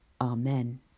Amen